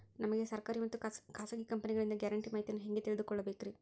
ನಮಗೆ ಸರ್ಕಾರಿ ಮತ್ತು ಖಾಸಗಿ ಕಂಪನಿಗಳಿಂದ ಗ್ಯಾರಂಟಿ ಮಾಹಿತಿಯನ್ನು ಹೆಂಗೆ ತಿಳಿದುಕೊಳ್ಳಬೇಕ್ರಿ?